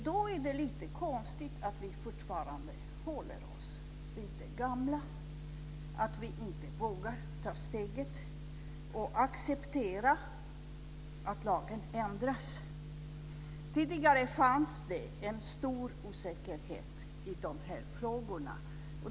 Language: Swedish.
Då är det lite konstigt att vi fortfarande håller oss vid det gamla, att vi inte vågar ta steget och acceptera att lagar ändras. Tidigare fanns det en stor osäkerhet i de här frågorna.